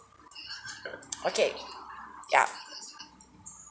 okay ya